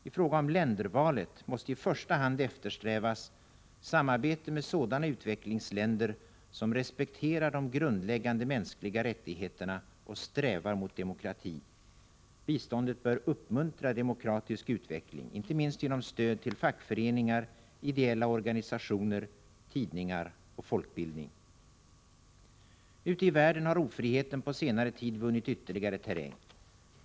I fråga om ländervalet måste i första hand eftersträvas samarbete med sådana utvecklingsländer som respekterar de grundläggande mänskliga rättigheterna och strävar mot demokrati. Biståndet bör uppmuntra demokratisk utveckling — inte minst genom stöd till fackföreningar, ideella organisationer, tidningar och folkbildning. Ute i världen har ofriheten på senare tid vunnit ytterligare terräng.